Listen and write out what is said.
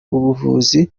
ubuvuzi